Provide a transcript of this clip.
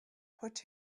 put